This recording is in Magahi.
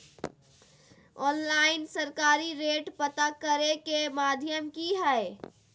ऑनलाइन सरकारी रेट पता करे के माध्यम की हय?